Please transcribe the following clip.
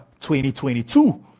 2022